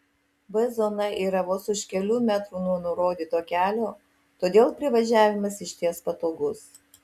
b zona yra vos už kelių metrų nuo nurodyto kelio todėl privažiavimas išties patogus